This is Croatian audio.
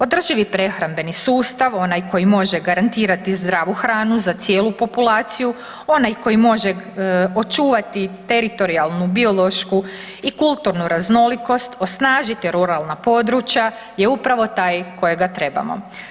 Održivi prehrambeni sustav onaj koji može garantirati zdravu hranu za cijelu populaciju onaj koji može očuvati teritorijalnu, biološku i kulturnu raznolikost osnažite ruralna područja je upravo taj kojega trebamo.